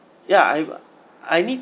ya I've I need